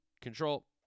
control